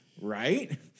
Right